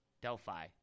Delphi